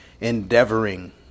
endeavoring